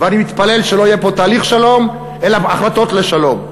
ואני מתפלל שלא יהיה פה תהליך שלום אלא החלטות לשלום.